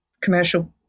commercial